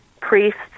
priests